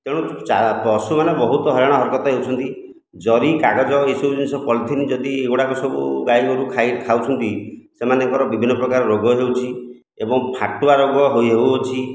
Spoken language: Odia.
ତେଣୁ ପଶୁମାନେ ବହୁତ ହଇରାଣ ହରକତ ହେଉଛନ୍ତି ଜରି କାଗଜ ଏସବୁ ଜିନିଷ ପଲିଥିନ ଯଦି ଏଗୁଡ଼ାକ ସବୁ ଗାଈଗୋରୁ ଖାଉଛନ୍ତି ସେମାନଙ୍କର ବିଭିନ୍ନ ପ୍ରକାର ରୋଗ ହେଉଛି ଏବଂ ଫାଟୁଆ ରୋଗ ହୋଇ ହେଉଅଛି